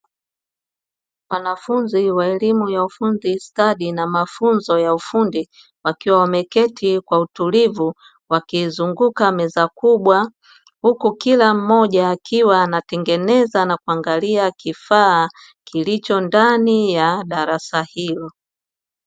Wanafunzi wa elimu ya ufundi stadi na mafunzo ya ufundi, wakiwa wameketi kwa utulivu wakizunguka meza kubwa, huku kila mmoja akiwa anatengeneza na kuangalia kifaa kilicho ndani ya darasa hilo.